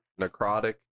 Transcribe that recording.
necrotic